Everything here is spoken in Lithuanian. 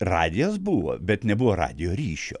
radijas buvo bet nebuvo radijo ryšio